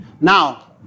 Now